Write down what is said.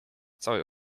całej